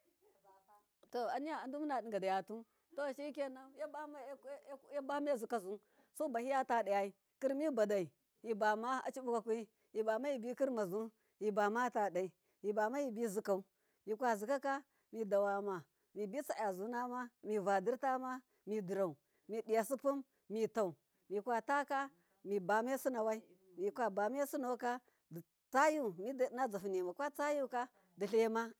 toadumunagatu shikenan yabame sikazu subahiya tadaye kirmibadai mibama acibikwakwi mibama mibikirmazu mibamata dai mibama mibizikau fakazikaka midawamaka miraditama midiya sipun mitau, mikwataka mibamai sunauwai mikabame sunoka miba mai sunowai mikabame sunoka ditsa yu midiinna zyahunimo kwatsa yuka dilaima.